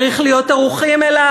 צריך להיות ערוכים אליו.